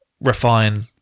refine